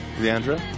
Leandra